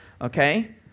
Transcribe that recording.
Okay